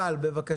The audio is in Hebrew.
תודה.